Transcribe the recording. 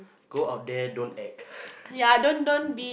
go out there don't act